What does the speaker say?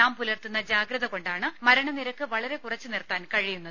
നാം പുലർത്തുന്ന ജാഗ്രത കൊണ്ടാണ് മരണ നിരക്ക് വളരെ കുറച്ചു നിർത്താൻ കഴിയുന്നത്